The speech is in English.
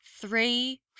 three